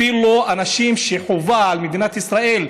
אפילו אנשים שחובה על מדינת ישראל,